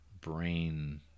brain